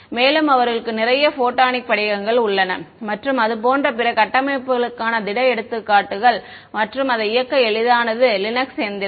மேலும் அவர்களுக்கு நிறைய ஃபோட்டானிக் படிகங்கள் உள்ளன மற்றும் அது போன்ற பிற கட்டமைப்புகளுக்கான திட எடுத்துக்காட்டுகள் மற்றும் அதை இயக்க எளிதானது லினக்ஸ் இயந்திரம்